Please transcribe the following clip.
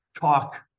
talk